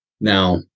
now